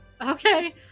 Okay